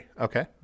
Okay